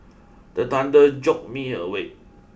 the thunder jolt me awake